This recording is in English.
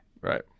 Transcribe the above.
Right